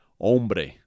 Hombre